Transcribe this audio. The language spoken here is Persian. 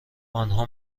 آنها